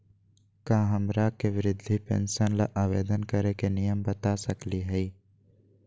का हमरा के वृद्धा पेंसन ल आवेदन करे के नियम बता सकली हई?